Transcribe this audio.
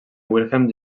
wilhelm